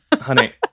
honey